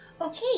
Okay